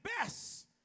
best